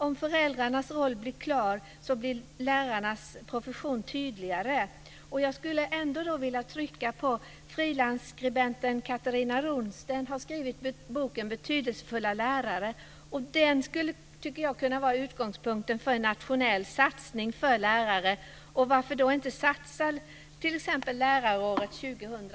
Om föräldrarnas roll blir klar, blir lärarnas profession tydligare. Frilansskribenten Catherina Ronsten har skrivit boken Betydelsefulla lärare. Jag tycker att den skulle kunna vara utgångspunkten för en nationell satsning på lärare. Varför inte satsa på ett lärarår